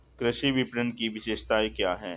कृषि विपणन की विशेषताएं क्या हैं?